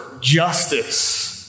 justice